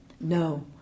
No